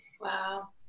wow